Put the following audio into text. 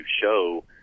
show